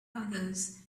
others